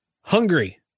hungry